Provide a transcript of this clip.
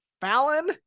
Fallon